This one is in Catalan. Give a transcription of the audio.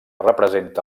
representa